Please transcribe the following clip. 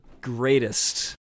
greatest